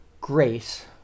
Grace